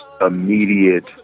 immediate